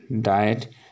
diet